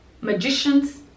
magicians